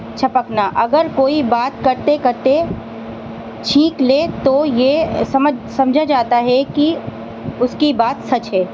چھپکنا اگر کوئی بات کرتے کرتے چھینک لے تو یہ سمجھ سمجھا جاتا ہے کہ اس کی بات سچ ہے